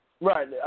Right